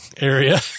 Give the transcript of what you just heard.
area